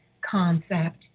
concept